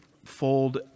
fold